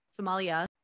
Somalia